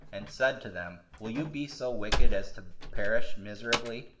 and said to them, will you be so wicked as to perish miserably,